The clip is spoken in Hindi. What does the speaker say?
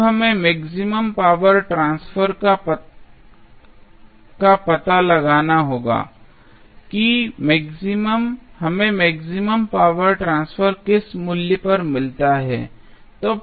अब हमें मैक्सिमम पॉवर ट्रांसफर का पता लगाना होगा कि हमें मैक्सिमम पॉवर ट्रांसफर किस मूल्य पर मिलता है